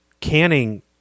canning